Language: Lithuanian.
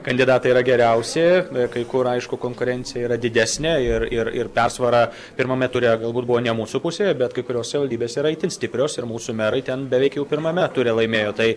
kandidatai yra geriausi kai kur aišku konkurencija yra didesnė ir ir ir persvara pirmame ture galbūt buvo ne mūsų pusėje bet kai kurios savivaldybės yra itin stiprios ir mūsų merai ten beveik jau pirmame ture laimėjo tai